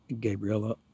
Gabriella